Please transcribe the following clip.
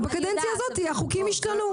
בקדנציה הזאת החוקים השתנו.